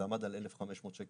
זה עמד על 1,500 שקלים.